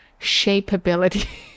shapeability